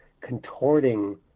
contorting